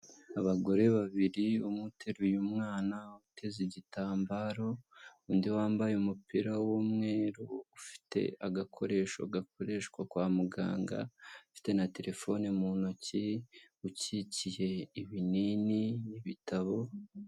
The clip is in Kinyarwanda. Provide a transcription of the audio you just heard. Abagore babiri umwe uteruye umwana uteze igitambaro, undi wambaye umupira w'umweru ufite agakoresho gakoreshwa kwa muganga, afite na telefone mu ntoki, ukikiye ibinini n'ibitabo.